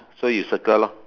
so you circle lor